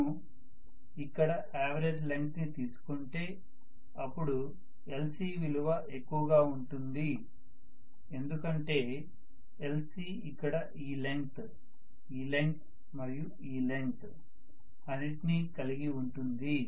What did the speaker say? మనము ఇక్కడ average length ని తీసుకుంటే అప్పుడు lc విలువ ఎక్కువ గా ఉంటుంది ఎందుకంటే lc ఇక్కడ ఈ లెంగ్త్ ఈ లెంగ్త్ మరియు ఈ లెంగ్త్ అన్నింటిని కలిగి ఉంటుంది